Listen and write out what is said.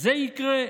"זה יקרה.